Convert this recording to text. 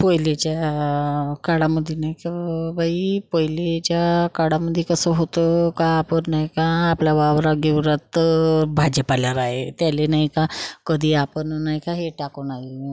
पहिलेच्या काळामध्ये नाही का बाई पहिलेच्या काळामध्ये कसं होतं का आपण नाही का आपल्या वावरागिवरात तर भाजीपाल्यावर आहे त्याला नाही का कधी आपण नाही का हे टाकू नाही